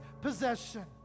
possession